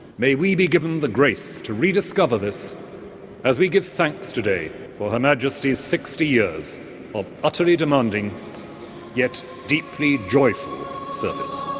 may we be given the grace to rediscover this as we give thanks today for her majesty's sixty years of utterly demanding yet deeply joyful service.